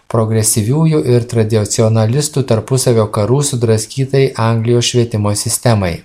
progresyviųjų ir tradicionalistų tarpusavio karų sudraskytai anglijos švietimo sistemai